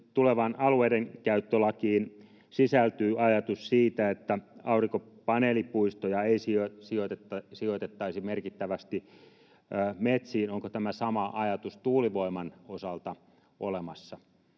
tulevaan alueidenkäyttölakiin sisältyy ajatus siitä, että aurinkopaneelipuistoja ei sijoitettaisi merkittävästi metsiin. Onko tämä sama ajatus tuulivoiman osalta olemassa?